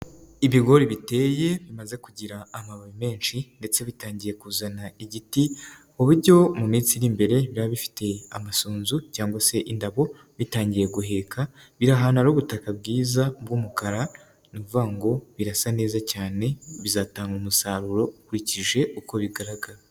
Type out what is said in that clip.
Ibigori biteye bimaze kugira amababi menshi ndetse bitangiye kuzana igiti, mu buryo mu minsi iri imbere biba bifitetiye amasunzu cyangwa se indabo bitangiye guheka, biri ahantu hari ubutaka bwiza bw'umukara ni ukuvuga ngo birasa neza cyane bizatanga umusaruro ukurikije uko bigaragara.